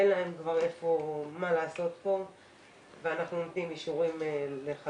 אין להם כבר מה לעשות כאן ואנחנו נותנים אישורים לחזרה.